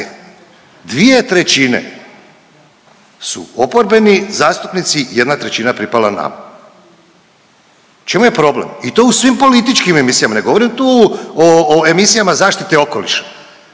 da je, 2/3 su oporbeni zastupnici, 1/3 pripala nama, u čemu je problem, i to u svim političkim emisijama, ne govorim tu o emisijama zaštite okoliša,